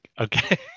Okay